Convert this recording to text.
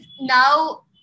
now